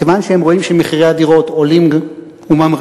כיוון שהם רואים שמחירי הדירות עולים וממריאים,